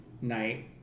night